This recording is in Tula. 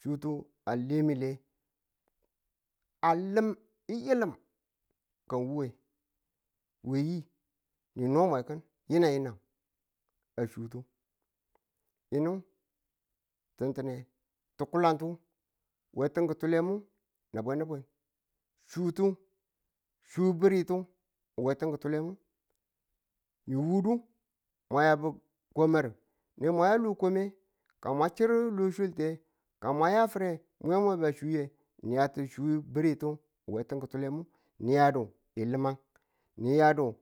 chutu a lemi le a lim ng yilin ka ng wu nge we yi, nino mwe kin yinang yinang a chuutu yini tintine ti̱kulantu we tim ki̱tulemu na bwen na bwen chuutu, chuu ba̱ritu we tim ki̱tulenu ni wudo mwa yabu ko bar ne mwa lo kome ka mwa chir lo sunte nge ka mwa fi̱re mwi yama ba chuuye ni ya ti chuu bịritu we tin ki̱tule niyadu ng limang ni yadu